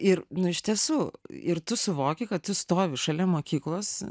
ir nu iš tiesų ir tu suvoki kad tu stovi šalia mokyklos